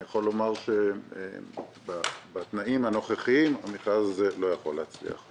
אני יכול לומר שבתנאים הנוכחיים המכרז הזה לא יכול להצליח.